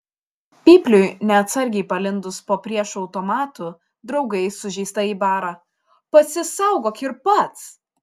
pypliui neatsargiai palindus po priešo automatu draugai sužeistąjį bara pasisaugok ir pats